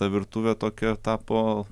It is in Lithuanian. ta virtuvė tokia tapo